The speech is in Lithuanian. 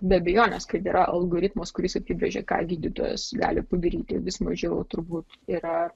be abejonės kad yra algoritmas kuris apibrėžia ką gydytojas gali padaryti vis mažiau turbūt yra